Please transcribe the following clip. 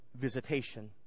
visitation